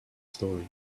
story